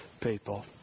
people